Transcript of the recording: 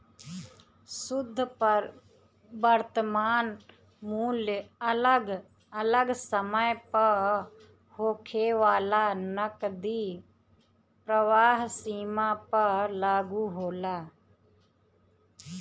शुद्ध वर्तमान मूल्य अगल अलग समय पअ होखे वाला नगदी प्रवाह सीमा पअ लागू होला